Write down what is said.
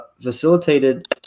facilitated